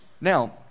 now